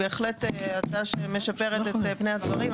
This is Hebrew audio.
זו בהחלט הצעה שמשפרת את פני הדברים.